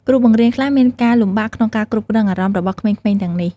គ្រូបង្រៀនខ្លះមានការលំបាកក្នុងការគ្រប់គ្រងអារម្មណ៍របស់ក្មេងៗទាំងនេះ។